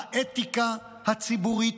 האתיקה הציבורית,